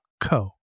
co